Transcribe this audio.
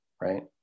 Right